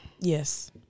Yes